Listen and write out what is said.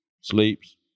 sleeps